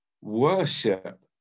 worship